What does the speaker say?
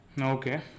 Okay